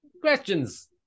questions